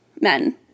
men